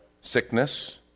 sickness